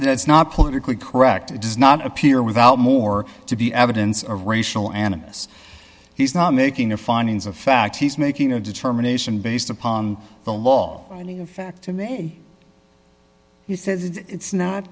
that's not politically correct it does not appear without more to be evidence of racial animus he's not making a findings of fact he's making a determination based upon the law of fact to me he says it's not